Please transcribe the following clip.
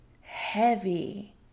heavy